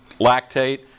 lactate